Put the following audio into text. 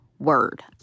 Word